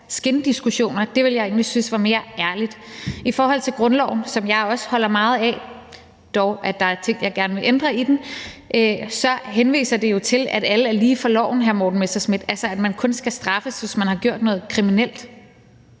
egentlig synes var mere ærligt. I forhold til grundloven, som jeg også holder meget af, selv om der dog er ting, som jeg gerne vil ændre i den, så henviser det jo til, at alle er lige for loven, hr. Morten Messerschmidt, altså at man kun skal straffes, hvis man har gjort noget kriminelt